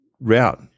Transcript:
route